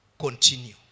continue